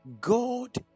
God